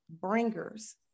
bringers